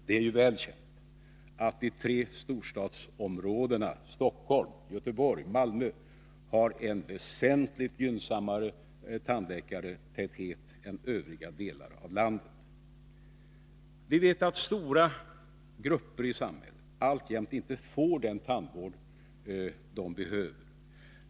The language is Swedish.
Det är välkänt att de tre storstadsområdena Stockholm, Göteborg och Malmö har en väsentligt gynnsammare tandläkartäthet än övriga delar av landet. Vi vet att stora grupper i samhället alltjämt inte får den tandvård som de behöver.